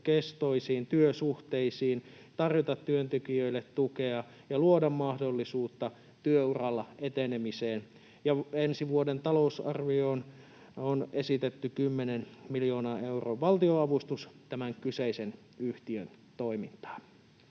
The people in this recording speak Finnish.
pidempikestoisiin työsuhteisiin, tarjota työntekijöille tukea ja luoda mahdollisuutta työ-uralla etenemiseen. Ensi vuoden talousarvioon on esitetty 10 miljoonan euron valtionavustus tämän kyseisen yhtiön toimintaan.